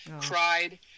cried